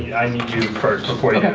i need you first, before you